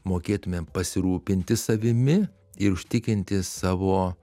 mokėtumėm pasirūpinti savimi ir užtikrinti savo